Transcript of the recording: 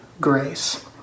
grace